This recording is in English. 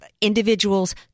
individuals